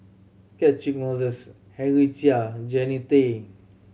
Catchick Moses Henry Chia and Jannie Tay